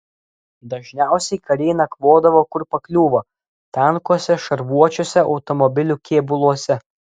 dažniausiai kariai nakvodavo kur pakliūva tankuose šarvuočiuose automobilių kėbuluose